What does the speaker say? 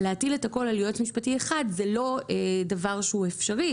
להטיל את הכול על יועץ משפטי אחד זה לא דבר שהוא אפשרי.